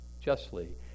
justly